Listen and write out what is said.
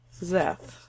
Zeth